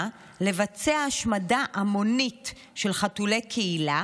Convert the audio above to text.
לבצע השמדה המונית של חתולי קהילה